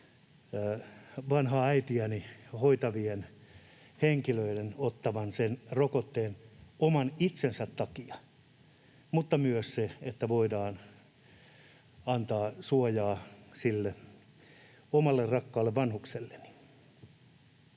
vanhaa äitiäni hoitavien henkilöiden ottavan sen rokotteen oman itsensä takia, mutta myös sen takia, että voidaan antaa suojaa sille omalle rakkaalle vanhukselleni.